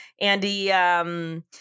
Andy